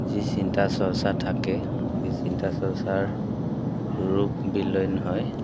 যি চিন্তা চৰ্চা থাকে সেই চিন্তা চৰ্চাৰ ৰূপ বিলয়ন হয়